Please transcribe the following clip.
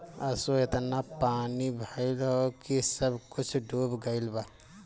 असो एतना पानी भइल हअ की सब कुछ डूब गईल बा